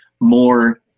more